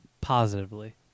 Positively